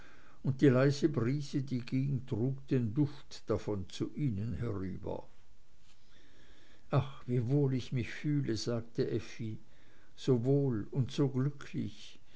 und die leise brise die ging trug den duft davon zu ihnen herüber ach wie wohl ich mich fühle sagte effi so wohl und so glücklich